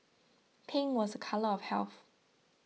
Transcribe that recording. pink was a colour of health